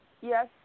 Yes